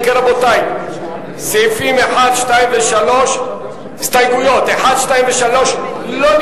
אם כן, הסתייגויות 1 3 לא התקבלו.